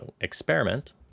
experiment